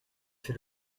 fait